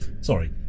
Sorry